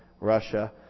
Russia